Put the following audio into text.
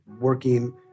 working